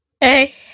Hey